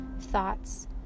thoughts